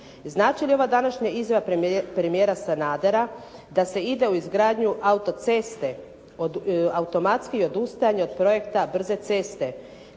Znači li ova današnja izjava premijera Sanadera da se ide u izgradnju autoceste i automatski odustane od projekta brze ceste,